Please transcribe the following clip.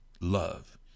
love